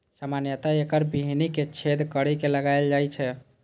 सामान्यतः एकर बीहनि कें छेद करि के लगाएल जाइ छै